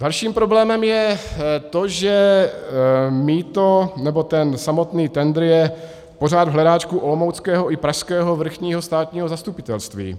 Dalším problémem je to, že mýto, nebo ten samotný tendr je pořád v hledáčku olomouckého i pražského vrchního státního zastupitelství.